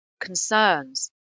concerns